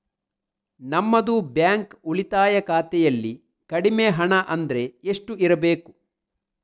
ನಮ್ಮದು ಬ್ಯಾಂಕ್ ಉಳಿತಾಯ ಖಾತೆಯಲ್ಲಿ ಕಡಿಮೆ ಹಣ ಅಂದ್ರೆ ಎಷ್ಟು ಇರಬೇಕು?